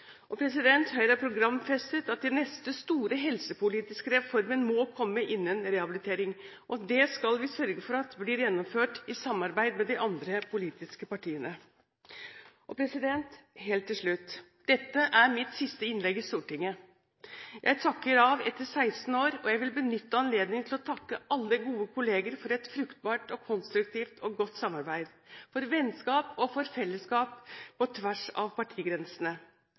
og forbedret kvalitet og tilgjengelighet på rehabiliteringsfeltet. Høyre har programfestet at den neste store helsepolitiske reformen må komme innen rehabilitering, og det skal vi sørge for blir gjennomført, i samarbeid med de andre politiske partiene. Helt til slutt: Dette er mitt siste innlegg i Stortinget. Jeg takker av etter 16 år, og jeg vil benytte anledningen til å takke alle gode kollegaer for et fruktbart, konstruktivt og godt samarbeid, for vennskap og for fellesskap på tvers av partigrensene.